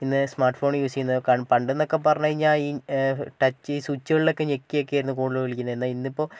ഇന്ന് smart phone use ചെയ്യുന്നത് പണ്ടെന്നൊക്കെ പറഞ്ഞു കഴിഞ്ഞാൽ ഈ ടച്ച് സ്വിച്ച്കളിലൊക്കെ ഞെക്കിയായിരുന്നു കോള് വിളിക്കുന്നത് എന്നാൽ ഇന്നിപ്പോൾ